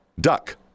duck